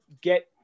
get